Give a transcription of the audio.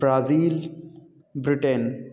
Brazil Britain